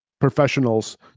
professionals